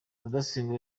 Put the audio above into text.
rudasingwa